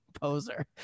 poser